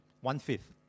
One-fifth